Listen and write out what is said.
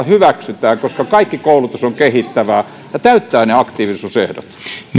hyväksytään koska kaikki koulutus on kehittävää ja täyttää ne aktiivisuusehdot